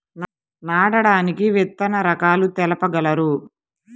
నాటడానికి విత్తన రకాలు తెలుపగలరు?